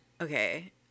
Okay